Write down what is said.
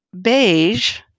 beige